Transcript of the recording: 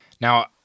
Now